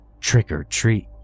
trick-or-treat